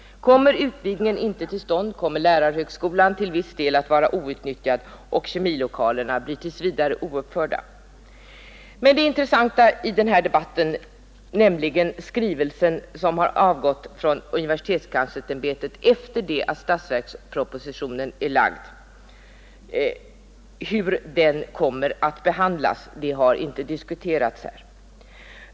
Om utvidgningen inte kommer till stånd, kommer lärarhögskolan att till viss del att vara outnyttjad och kemilokalerna blir tills vidare ouppförda. Men det intressanta i denna debatt, nämligen hur den skrivelse som har avgått från universitetskanslersämbetet efter det att statsverkspropositionen framlagts kommer att behandlas, har inte diskuterats här.